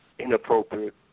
inappropriate